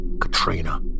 Katrina